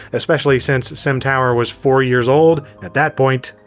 especially since simtower was four years old at that point.